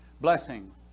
Blessing